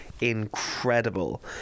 incredible